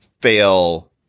fail